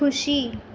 ખુશી